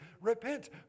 repent